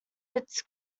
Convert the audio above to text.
its